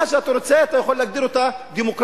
מה שאתה רוצה, אתה יכול להגדיר אותו דמוקרטיה.